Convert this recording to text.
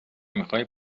میخوای